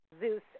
Zeus